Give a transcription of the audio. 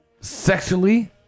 Sexually